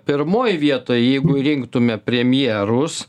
pirmoj vietoj jeigu rinktume premjerus